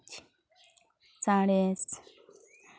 ᱥᱟᱬᱮᱥ